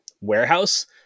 warehouse